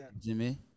Jimmy